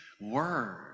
Word